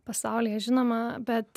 pasaulyje žinoma bet